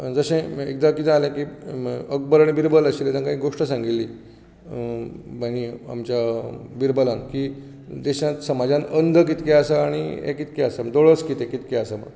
जशें एकदां कितें जालें की अकबर आनी बिरबल आशिल्ले ताकां एक गोश्ट सांगिल्ली हांणी आमच्या बिरबलान की देशांत समाजांत अंध कितके आसा आनी हे दोळस कितके आसा कांय म्हणून